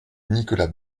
nicolas